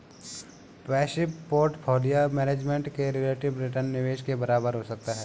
passive portfolio management में relative return निवेश के बराबर हो सकता है